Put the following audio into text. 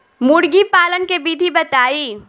मुर्गी पालन के विधि बताई?